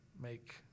make